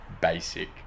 basic